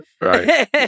Right